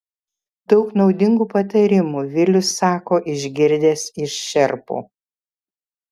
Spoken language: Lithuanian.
daug naudingų patarimų vilius sako išgirdęs iš šerpų